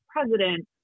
president